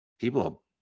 People